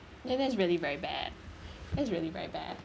then that's really very bad that's really very bad